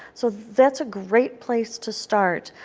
so that's a great place to start.